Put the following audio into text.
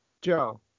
Joe